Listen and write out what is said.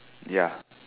ya